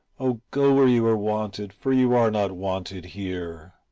oh, go where you are wanted, for you are not wanted here.